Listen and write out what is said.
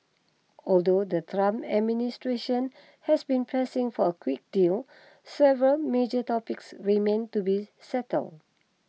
although the Trump administration has been pressing for a quick deal several major topics remain to be settled